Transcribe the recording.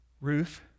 Ruth